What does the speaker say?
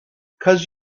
cause